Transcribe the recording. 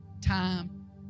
time